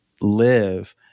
live